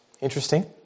Interesting